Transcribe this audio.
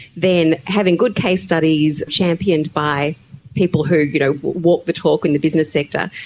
then having good case studies championed by people who you know walk the talk in the business sector,